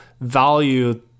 value